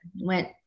went